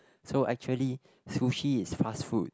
so actually sushi is fast food